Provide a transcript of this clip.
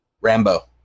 Rambo